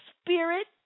spirit